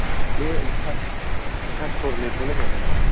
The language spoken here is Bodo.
बे जुथा जुथा स्ट'र लेरगुलायनायानो नामा